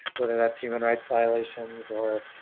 whether that's human rights violations or,